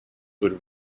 would